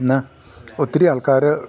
ന്നാ ഒത്തിരി ആൾക്കാർ